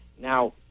Now